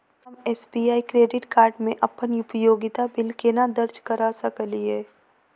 हम SBI credit card मे अप्पन उपयोगिता बिल केना दर्ज करऽ सकलिये?